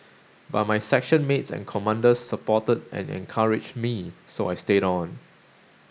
but my section mates and commanders supported and encouraged me so I stayed on